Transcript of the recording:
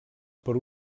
per